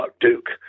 Duke